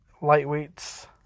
lightweights